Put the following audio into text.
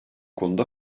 konuda